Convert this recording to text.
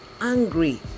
angry